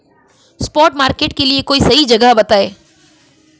spot market के लिए कोई सही जगह बताएं